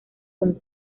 con